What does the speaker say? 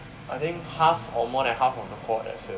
I think half or more than half of the cohort